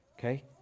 Okay